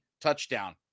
touchdown